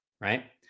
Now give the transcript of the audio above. right